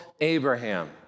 Abraham